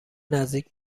نزدیک